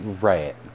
right